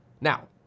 Now